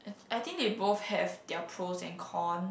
I I think they both have their pros and con